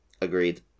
agreed